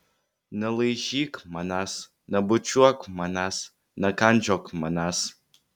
nelaižyk manęs nebučiuok manęs nekandžiok manęs